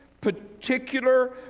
particular